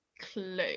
clue